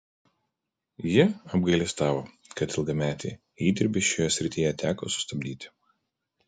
ji apgailestavo kad ilgametį įdirbį šioje srityje teko sustabdyti